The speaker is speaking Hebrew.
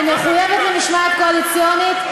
אני מחויבת למשמעת קואליציונית,